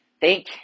Thank